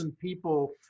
people